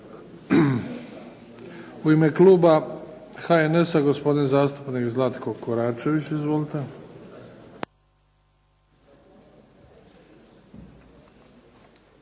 U ime kluba HNS-a gospodin zastupnik Zlatko Koračević. Izvolite.